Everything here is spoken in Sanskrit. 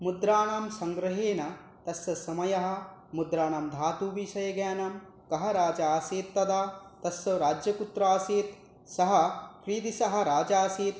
मुद्राणां सङ्ग्रहेण तस्य समयः मुद्राणां धातुविषये ज्ञानं कः राजा आसीत् तदा तस्य राज्यं कुत्र आसीत् सः कीदृशः राजा आसीत्